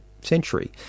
century